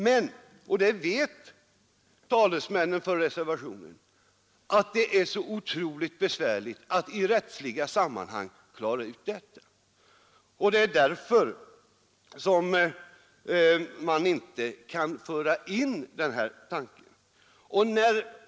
Men — och det vet talesmännen för reservationen — det är så otroligt besvärligt att i rättsliga sammanhang klara ut detta, och det är därför som man inte kan gå på den linje som här lanseras.